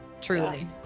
truly